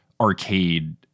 arcade